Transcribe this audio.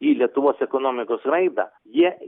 į lietuvos ekonomikos raidą jie